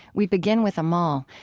we begin with amahl,